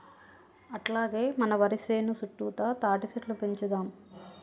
అట్లాగే మన వరి సేను సుట్టుతా తాటిసెట్లు పెంచుదాము